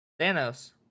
Thanos